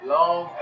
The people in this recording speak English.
long